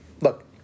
look